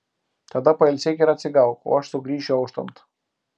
tada pailsėk ir atsigauk o aš sugrįšiu auštant